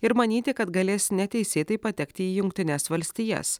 ir manyti kad galės neteisėtai patekti į jungtines valstijas